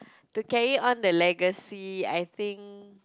to carry on the legacy I think